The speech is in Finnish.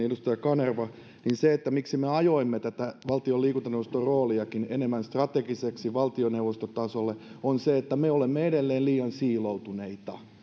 edustaja kanerva se miksi me ajoimme tätä valtion liikuntaneuvostonkin roolia enemmän strategiseksi valtioneuvostotasolle johtuu siitä että me olemme edelleen liian siiloutuneita